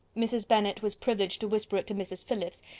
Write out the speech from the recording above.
mrs. bennet was privileged to whisper it to mrs. phillips,